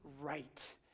right